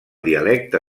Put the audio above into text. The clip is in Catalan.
dialecte